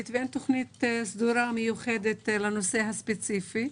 ואין תוכנית סדורה מיוחדת לנושא הספציפי הזה.